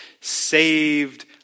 saved